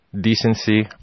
decency